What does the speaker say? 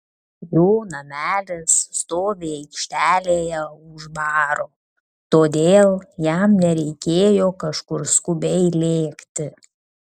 jo namelis stovi aikštelėje už baro todėl jam nereikėjo kažkur skubiai lėkti